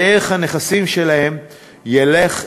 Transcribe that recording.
וערך הנכסים שלהם ילך וירד.